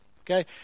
Okay